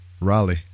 Raleigh